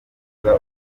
umuco